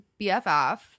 BFF